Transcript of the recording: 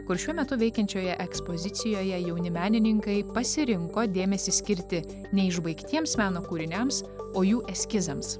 kur šiuo metu veikiančioje ekspozicijoje jauni menininkai pasirinko dėmesį skirti ne išbaigtiems meno kūriniams o jų eskizams